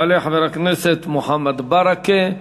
יעלה חבר הכנסת מוחמד ברכה,